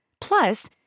Plus